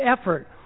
effort